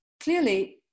clearly